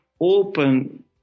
open